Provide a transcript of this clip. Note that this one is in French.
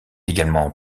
également